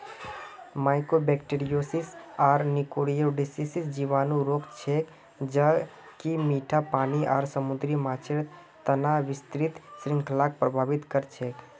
mycobacteriosis आर nocardiosis जीवाणु रोग छेक ज कि मीठा पानी आर समुद्री माछेर तना विस्तृत श्रृंखलाक प्रभावित कर छेक